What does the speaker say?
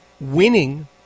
winning